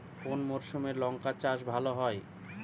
কোন মরশুমে লঙ্কা চাষ ভালো হয়?